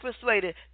persuaded